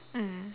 mm